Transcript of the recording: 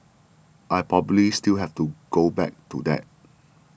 I probably still have to go back to that